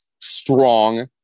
strong